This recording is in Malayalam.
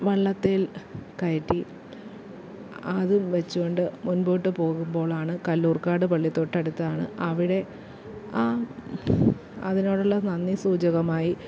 വള്ളത്തേൽ കയറ്റി അതുവെച്ചുകൊണ്ട് മുമ്പോട്ട് പോകുമ്പോളാണ് കല്ലൂർ കാട് പള്ളി തൊട്ടടുത്താണ് അവിടെ ആ അതിനോടുള്ള നന്ദി സൂചകമായി